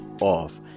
off